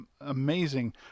amazing